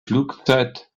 flugzeit